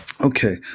Okay